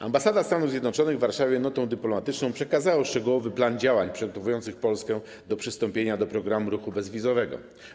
Ambasada Stanów Zjednoczonych w Warszawie notą dyplomatyczną przekazała szczegółowy plan działań przygotowujących Polskę do przystąpienia do programu ruchu bezwizowego.